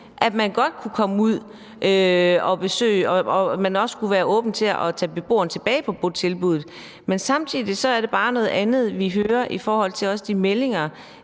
at beboeren godt kunne komme ud på besøg, og at man også skulle være åben for at tage beboeren tilbage på botilbuddet. Men samtidig er det bare noget andet, vi hører med de meldinger,